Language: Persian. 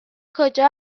کجا